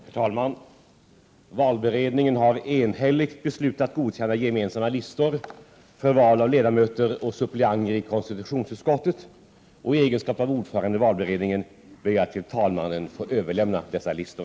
Herr talman! Valberedningen har enhälligt beslutat godkänna gemensamma listor för val av ledamöter och suppleanter i konstitutionsutskottet. I egenskap av ordförande i valberedningen ber jag att till herr talmannen få överlämna dessa listor.